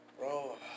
Bro